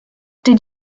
did